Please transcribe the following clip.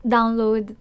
Download